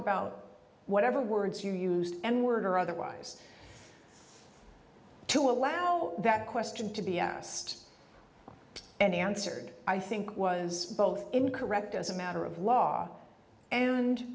about whatever words you used and were otherwise to allow that question to be asked and answered i think was both incorrect as a matter of law